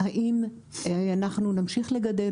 האם אנחנו נמשיך לגדל,